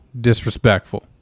disrespectful